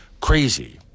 crazy